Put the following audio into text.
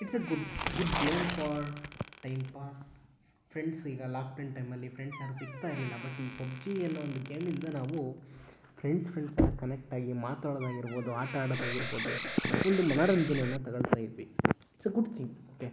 it's a good good game for time pass friends ಈಗ lockdown ಟೈಮಲ್ಲಿ friends ಯಾರೂ ಸಿಗ್ತಾ ಇರಲಿಲ್ಲ ಬಟ್ ಈ ಪಬ್ಜಿ ಅನ್ನೋ ಒಂದು ಗೇಮಿಂದ ನಾವು ಫ್ರೆಂಡ್ಸ್ ಫ್ರೆಂಡ್ಸ್ ಎಲ್ಲ ಕನೆಕ್ಟ್ ಆಗಿ ಮಾತಾಡೋದಾಗಿರ್ಬೋದು ಆಟ ಆಡೋದಾಗಿರ್ಬೋದು ಒಂದು ಮನೋರಂಜನೇನ ತಗೊಳ್ತಾ ಇದ್ವಿ it's a good thing okay